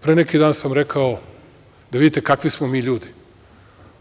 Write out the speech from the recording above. Pre neki dan sam rekao, da vidite kakvi smo mi ljudi,